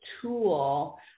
tool